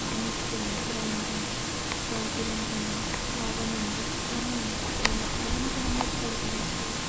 mixie ഉണ്ട് grinder ഉണ്ട് gas cylinder ഉണ്ട് ഓവന് ഉണ്ട് എല്ലാം ഉണ്ട് ഏകദേശം ഓവന് ഒക്കെ നമ്മള് ഇപ്പം അടുത്ത് മേടിച്ചേയുള്ളൂ